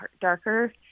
darker